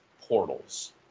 portals